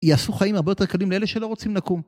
יעשו חיים הרבה יותר קלים לאלה שלא רוצים לקום.